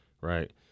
right